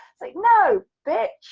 like no, bitch,